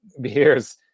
beers